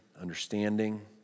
understanding